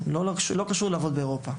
C. זה לא קשור לעבודה באירופה.